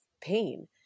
pain